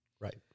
Right